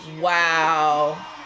Wow